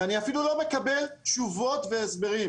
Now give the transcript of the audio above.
ואני אפילו לא מקבל תשובות והסברים.